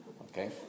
okay